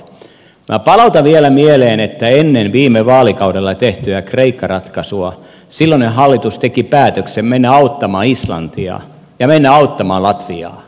minä palautan vielä mieleen että ennen viime vaalikaudella tehtyä kreikka ratkaisua silloinen hallitus teki päätöksen mennä auttamaan islantia ja mennä auttamaan latviaa